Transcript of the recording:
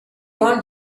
want